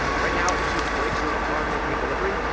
right now, if she breaks her arm making a delivery,